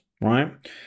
right